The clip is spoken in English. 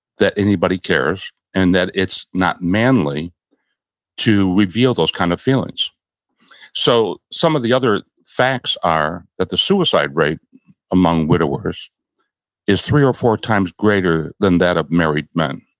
that anybody cares and that it's not manly to reveal those kind of feelings so some of the other facts are that the suicide rate among widowers is three or four times greater than that of married men.